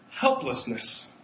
helplessness